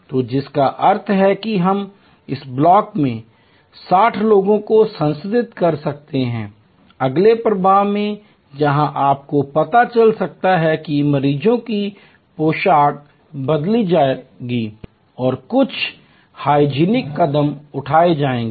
तो जिसका अर्थ है कि हम इस ब्लॉक में 60 लोगों को संसाधित कर सकते हैं अगले प्रवाह में जहां आपको पता चल सकता है कि मरीजों की पोशाक बदल जाएगी और कुछ हाइजीनिक कदम उठाए जाएंगे